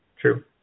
True